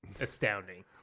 astounding